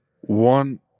One